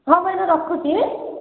ହଁ ଭାଇନା ରଖୁଛି